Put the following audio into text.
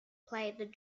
played